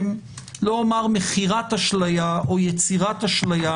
לא אומר מכירת אשליה או יצירת אשליה